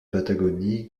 patagonie